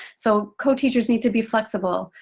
so co-teachers need to be flexible,